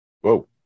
Whoa